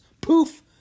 Poof